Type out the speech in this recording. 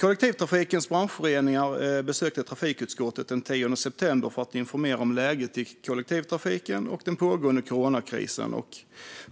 Kollektivtrafikföretagens branschföreningar besökte trafikutskottet den 10 september för att informera om läget för kollektivtrafiken och den pågående coronakrisen.